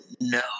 no